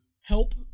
help